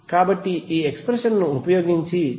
కాబట్టి ఈ ఎక్స్ప్రెషన్ ను ఉపయోగించి మీరు 212